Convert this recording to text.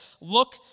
Look